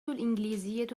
الإنجليزية